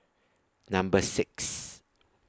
Number six